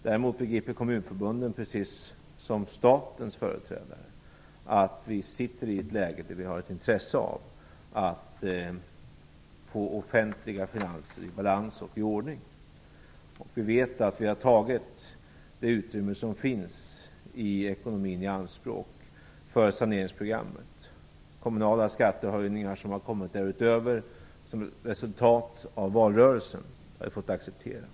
Däremot begriper kommunförbunden, precis som statens företrädare, att vi sitter i ett läge där vi har ett intresse av att få offentliga finanser i balans och i ordning. Vi vet att vi har tagit det utrymme som finns i ekonomin i anspråk för saneringsprogrammet. Kommunala skattehöjningar som har kommit därutöver som resultat av valrörelsen har vi fått acceptera.